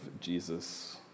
Jesus